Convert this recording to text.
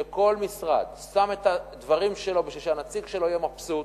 שכל משרד שם את הדברים שלו כדי שהנציג שלו יהיה מבסוט,